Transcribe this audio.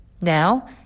Now